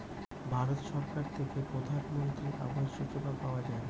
ভারত সরকার থেকে প্রধানমন্ত্রী আবাস যোজনা পাওয়া যায়